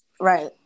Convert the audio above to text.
Right